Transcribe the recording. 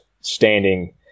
standing